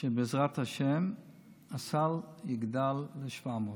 שבעזרת השם הסל יגדל ל-700.